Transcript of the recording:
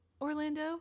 Orlando